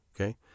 Okay